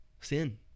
Sin